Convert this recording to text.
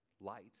Light